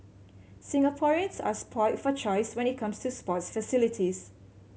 Singaporeans are spoilt for choice when it comes to sports facilities